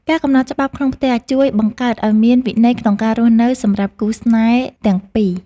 ការកំណត់ច្បាប់ក្នុងផ្ទះជួយបង្កើតឲ្យមានវិន័យក្នុងការរស់នៅសម្រាប់គូស្នេហ៍ទាំងពីរ។